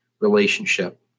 relationship